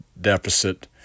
deficit